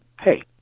hey